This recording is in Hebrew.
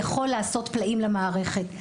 יכול לעשות פלאים למערכת.